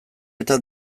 eta